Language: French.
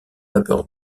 vapeur